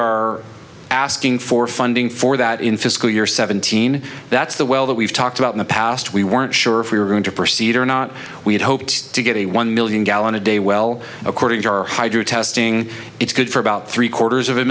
are asking for funding for that in fiscal year seventeen that's the well that we've talked about in the past we weren't sure if we were going to proceed or not we had hoped to get a one million gallon a day well according to our hydro testing it's good for about three quarters of a